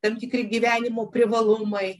tam tikri gyvenimo privalumai